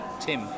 Tim